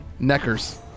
Neckers